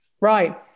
right